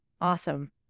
Awesome